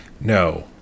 No